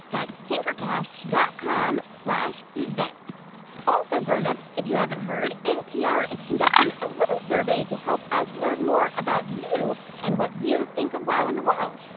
that's tinkercast dot com events also, grown-ups, if you haven't heard, npr is conducting a little survey to help us learn more about you and what you think of wow in the world.